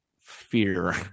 fear